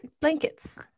blankets